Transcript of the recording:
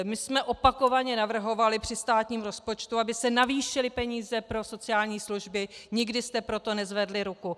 My jsme opakovaně navrhovali při státním rozpočtu, aby se navýšily peníze pro sociální služby, nikdy jste pro to nezvedli ruku.